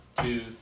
two